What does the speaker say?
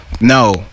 no